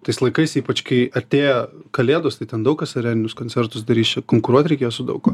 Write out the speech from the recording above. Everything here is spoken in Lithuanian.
tais laikais ypač kai artėja kalėdos tai ten daug kas areninius koncertus darys čia konkuruot reikės su daug kuo